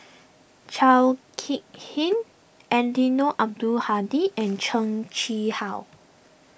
Chao Hick Tin Eddino Abdul Hadi and Heng Chee How